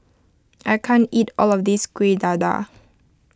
I can't eat all of this Kuih Dadar